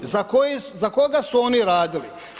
Za koga su oni radili?